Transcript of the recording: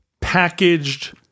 packaged